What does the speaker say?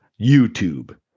YouTube